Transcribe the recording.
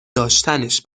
داشتنش